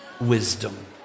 wisdom